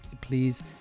please